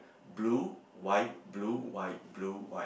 blue white blue white blue white